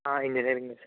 ఆ ఇంజనీరింగే సార్